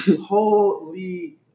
holy